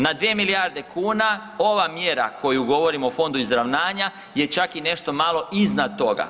Na 2 milijarde kuna ova mjera koju govorimo o fondu izravnanja je čak i nešto malo iznad toga.